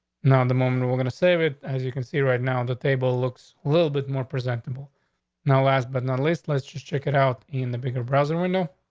now, in the moment, we're we're gonna save it, as you can see right now, the table looks a little bit more presentable now, last but not least, let's just check it out in the bigger browser window